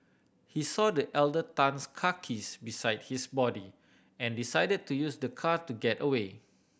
he saw the elder Tan's car keys beside his body and decided to use the car to get away